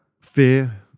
fear